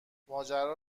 ماجرا